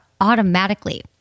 automatically